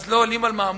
אז לא עולים על מהמורות.